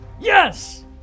yes